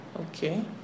Okay